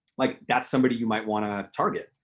like that's somebody you might wanna target.